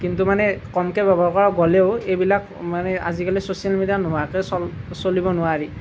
কিন্তু মানে কমকৈ ব্যৱহাৰ কৰা গ'লেও এইবিলাক মানে আজিকালি ছ'চিয়েল মিডিয়া নোহোৱাকৈ চল চলিব নোৱাৰি